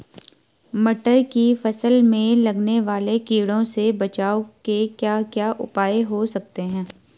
मटर की फसल में लगने वाले कीड़ों से बचाव के क्या क्या उपाय हो सकते हैं?